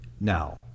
Now